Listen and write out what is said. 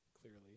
clearly